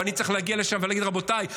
ואני צריך להגיע לשם ולהגיד: רבותיי,